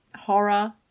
horror